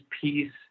peace